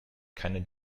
keine